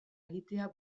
egitea